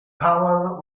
powell